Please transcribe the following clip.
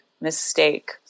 mistake